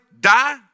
die